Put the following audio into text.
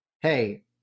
hey